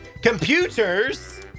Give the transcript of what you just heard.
computers